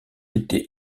été